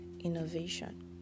innovation